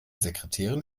sekretärin